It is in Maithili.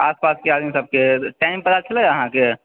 आसपासके आदमी सबकेँ टाइम पता छलै अहाँकेँ